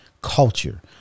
culture